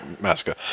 Massacre